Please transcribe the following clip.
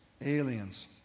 aliens